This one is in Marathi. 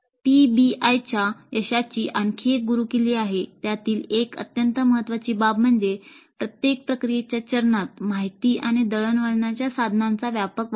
पीबीआयच्या यशाची आणखी एक गुरुकिल्ली आहे त्यातील एक अत्यंत महत्त्वाची बाब म्हणजे प्रत्येक प्रक्रियेच्या चरणात माहिती आणि दळणवळणाच्या साधनांचा व्यापक वापर